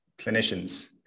clinicians